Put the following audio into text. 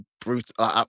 brutal